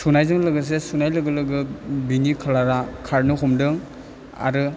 सुनायजों लोगोसे सुनाय लोगो लोगो बिनि खालारा खारनो हमदों आरो